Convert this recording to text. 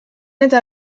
eta